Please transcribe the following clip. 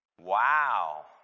Wow